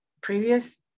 previous